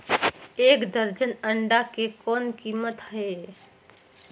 एक दर्जन अंडा के कौन कीमत हे?